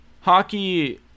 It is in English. hockey